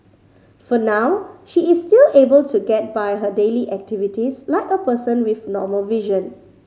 for now she is still able to get by her daily activities like a person with normal vision